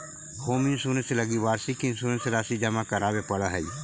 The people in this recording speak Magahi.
होम इंश्योरेंस लगी वार्षिक इंश्योरेंस राशि जमा करावे पड़ऽ हइ